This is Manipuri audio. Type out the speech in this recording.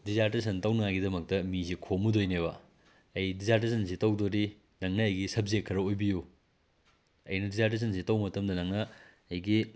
ꯗꯤꯖꯥꯔꯇꯦꯁꯟ ꯇꯧꯅꯉꯥꯏꯒꯤꯗꯃꯛꯇ ꯃꯤꯁꯦ ꯈꯣꯝꯃꯨꯗꯣꯏꯅꯦꯕ ꯑꯩ ꯗꯤꯖꯥꯔꯇꯦꯁꯟꯁꯦ ꯇꯧꯗꯣꯔꯤ ꯅꯪꯅ ꯑꯩꯒꯤ ꯁꯕꯖꯦꯛ ꯈꯔ ꯑꯣꯏꯕꯤꯌꯨ ꯑꯩꯅ ꯗꯤꯖꯥꯔꯇꯦꯁꯟꯁꯤ ꯇꯧꯕ ꯃꯇꯝꯗ ꯅꯪꯅ ꯑꯩꯒꯤ